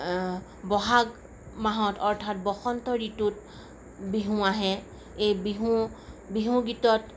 বহাগ মাহত অৰ্থাৎ বসন্ত ঋতুত বিহু আহে এই বিহু বিহু গীতত